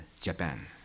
Japan